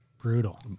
Brutal